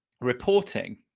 reporting